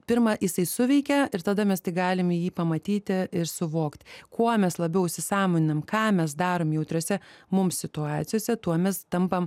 pirmą jisai suveikia ir tada mes tik galime jį pamatyti ir suvokti kuo mes labiau įsisąmoninam ką mes darom jautriose mums situacijose tuo mes tampam